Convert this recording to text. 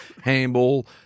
handball